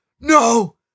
No